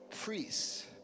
priests